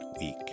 week